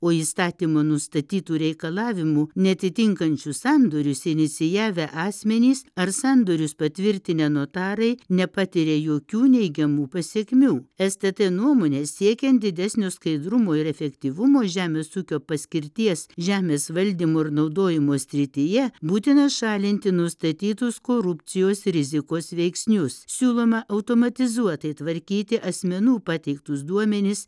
o įstatymų nustatytų reikalavimų neatitinkančius sandorius inicijavę asmenys ar sandorius patvirtinę notarai nepatiria jokių neigiamų pasekmių stt nuomone siekiant didesnio skaidrumo ir efektyvumo žemės ūkio paskirties žemės valdymo ir naudojimo srityje būtina šalinti nustatytus korupcijos rizikos veiksnius siūloma automatizuotai tvarkyti asmenų pateiktus duomenis